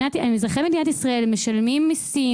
אזרחי מדינת ישראל הם משלמים מיסים,